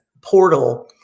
portal